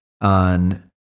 on